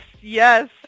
yes